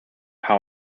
how